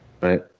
Right